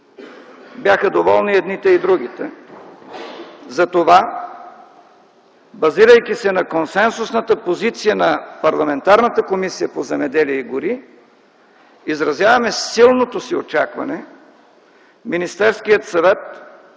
Бяха доволни и едните, и другите. Затова, базирайки се на консенсусната позиция на парламентарната Комисия по земеделието и горите, изразяваме силното си очакване Министерският съвет